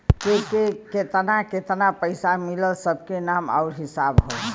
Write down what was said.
केके केतना केतना पइसा मिलल सब के नाम आउर हिसाब होला